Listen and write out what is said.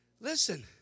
Listen